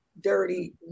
dirty